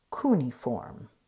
cuneiform